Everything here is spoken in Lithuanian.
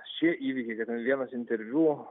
šie įvykiai kad ten vienas interviu